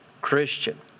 Christian